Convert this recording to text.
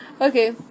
Okay